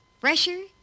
fresher